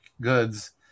goods